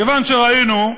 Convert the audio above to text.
כיוון שראינו,